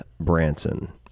Branson